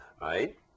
right